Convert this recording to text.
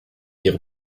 ihre